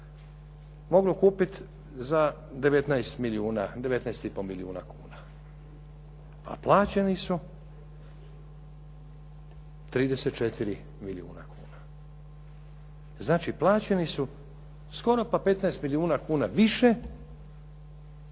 moglo kupiti za 19 milijuna, 19 i pol milijuna kuna, a plaćeni su 34 milijuna kuna. Znači plaćeni su skoro pa 15 milijuna kuna više